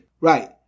Right